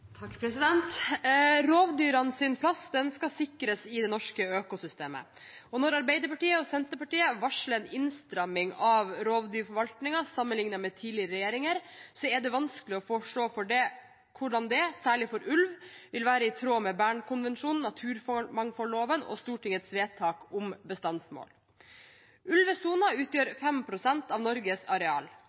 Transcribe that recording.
skal sikres, og når Arbeiderpartiet og Senterpartiet varsler en innstramming av rovdyrforvaltningen sammenliknet med hvordan det var under tidligere regjeringer, er det vanskelig å forstå hvordan det, særlig for ulv, vil være i tråd med Bernkonvensjonen, naturmangfoldloven og Stortingets vedtak om bestandsmål. Ulvesonen utgjør 5 pst. av Norges areal.